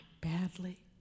badly